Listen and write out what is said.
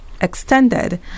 extended